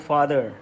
Father